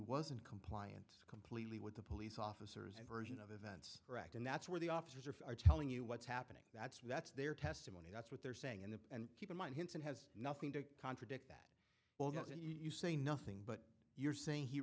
wasn't compliant completely with the police officers and version of events correct and that's where the officers are telling you what's happening that's why that's their testimony that's what they're saying in the and keep in mind henson has nothing to contradict that well doesn't you say nothing but you're saying he